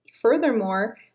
furthermore